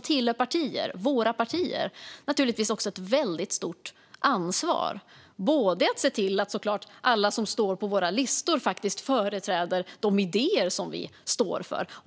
tillhör partier har naturligtvis ett väldigt stort ansvar för att se till att alla som står på våra listor faktiskt företräder de idéer som vi står för.